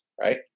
right